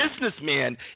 businessman